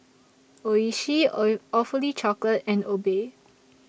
Oishi Awfully Chocolate and Obey